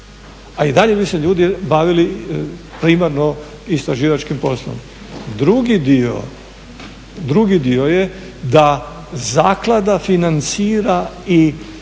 a i dalje bi se ljudi bavili primarno istraživačkim poslom. Drugi dio je da zaklada financira i